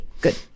Good